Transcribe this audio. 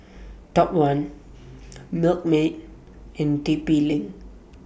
Top one Milkmaid and T P LINK